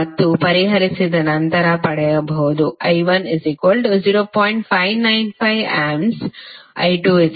ಮತ್ತು ಪರಿಹರಿಸಿದ ನಂತರ ಪಡೆಯಬಹುದು I1 0